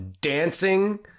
dancing